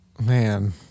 man